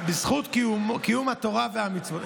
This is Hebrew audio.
בזכות קיום התורה והמצוות,